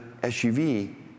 SUV